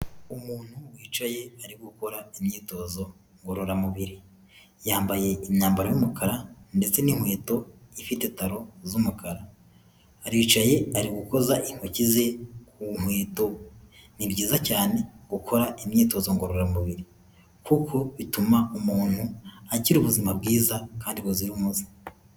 Umuntu wicaye ari gukora imyitozo ngororamubiri, yambaye imyambaro y'umukara ndetse n'inkweto ifite taro z'umukara, aricaye ari gukoza intoki ze ku nkweto. Ni byiza cyane gukora imyitozo ngororamubiri kuko bituma umuntu agira ubuzima bwiza kandi buzira umuze.